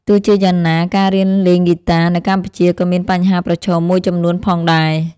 ទោះជាយ៉ាងណា ការរៀនលេងហ្គីតានៅកម្ពុជាក៏មានបញ្ហាប្រឈមមួយចំនួនផងដែរ។